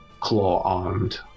claw-armed